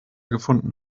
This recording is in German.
gefunden